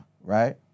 right